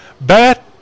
Bad